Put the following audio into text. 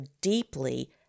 deeply